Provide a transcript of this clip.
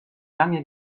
lange